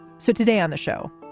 so today on the show,